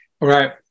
Right